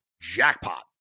jackpot